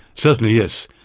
certainly yes.